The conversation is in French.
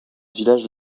village